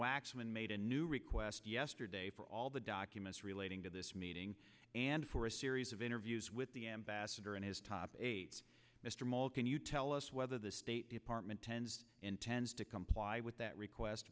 waxman made a new request yesterday for all the documents relating to this meeting and for a series of interviews with the ambassador and his top aides mr maule can you tell us whether the state department tends intends to comply with that request